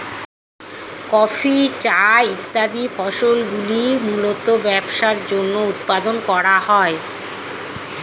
coffee, চা ইত্যাদি ফসলগুলি মূলতঃ ব্যবসার জন্য উৎপাদন করা হয়